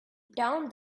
down